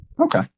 okay